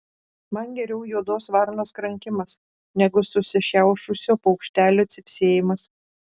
man geriau juodos varnos krankimas negu susišiaušusio paukštelio cypsėjimas